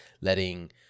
letting